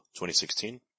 2016